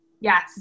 Yes